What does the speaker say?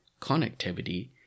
connectivity